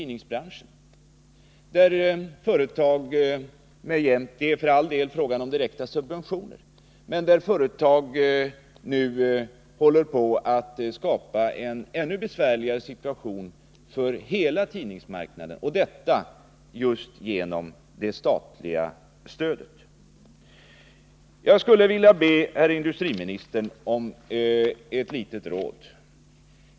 Där håller företag med statlig hjälp — det är för all del då fråga om direkta subventioner — på att skapa en ännu besvärligare situation för hela tidningsmarknaden, och detta just genom det statliga stödet. Jag skulle vilja be herr industriministern om ett litet råd.